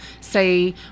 say